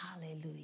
Hallelujah